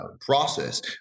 process